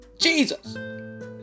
Jesus